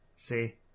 See